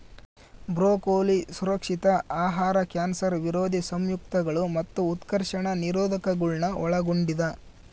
broccoli ಸುರಕ್ಷಿತ ಆಹಾರ cancer ವಿರೋಧಿ ಸಂಯುಕ್ತಗಳು ಮತ್ತು ಉತ್ಕರ್ಷಣ ನಿರೋಧಕಗುಳ್ನ ಒಳಗೊಂಡಿದ